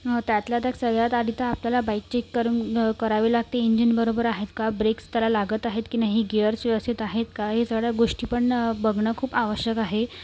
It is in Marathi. त्यातल्या त्यात सगळ्यात आधी तर आपल्याला बाईक चेक करून करावी लागती इंजिन बरोबर आहेत का ब्रेक्स त्याला लागत आहेत की नाही गेयर व्यवस्थित आहेत का हे सगळ्या गोष्टीपण बघणं खूप आवश्यक आहे